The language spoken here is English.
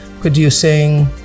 producing